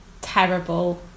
terrible